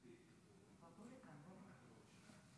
אנחנו מקצים לכך חצי שעה של